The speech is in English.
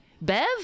Bev